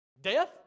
death